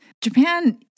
japan